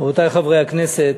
רבותי חברי הכנסת,